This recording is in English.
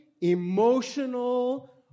emotional